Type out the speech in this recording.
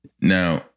Now